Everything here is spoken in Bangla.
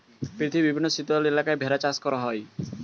পৃথিবীর বিভিন্ন শীতল এলাকায় ভেড়া চাষ করা হয়